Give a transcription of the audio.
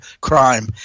crime